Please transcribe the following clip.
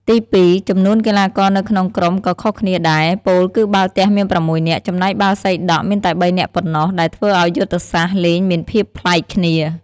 ទីពីរ ចំនួនកីឡាករនៅក្នុងក្រុមก็ខុសគ្នាដែរ ពោលគឺបាល់ទះមាន៦នាក់ ចំណែកបាល់សីដក់មានតែ៣នាក់ប៉ុណ្ណោះដែលធ្វើឲ្យយុទ្ធសាស្ត្រលេងមានភាពប្លែកគ្នា។